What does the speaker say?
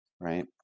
right